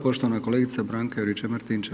Poštovana kolegica Branka Juričev-Martinčev.